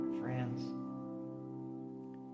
friends